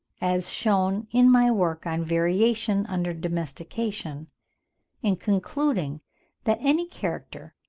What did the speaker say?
as shewn in my work on variation under domestication in concluding that any character,